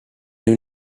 knew